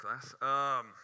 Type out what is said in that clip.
class